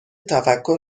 تفکر